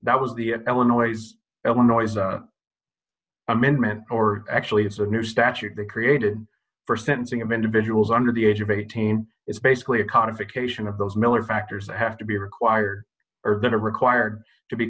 that was the l annoys illinois amendment or actually it's a new statute they created for sentencing of individuals under the age of eighteen it's basically a convict cation of those miller factors that have to be required urban are required to be